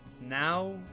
now